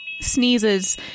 sneezes